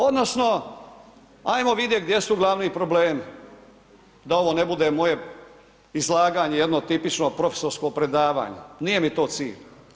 Odnosno ajmo vidjet gdje su glavni problemi da ovo ne bude moje izlaganje jedno tipično profesorsko predavanje, nije mi to cilj.